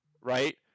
right